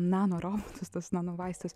nanorobotus tuos nanovaistus